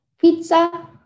Pizza